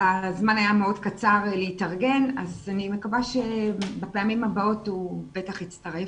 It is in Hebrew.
הזמן היה מאוד קצר להתארגן אז אני מקווה שבפעמים הבאות הוא בטח יצטרף.